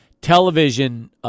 television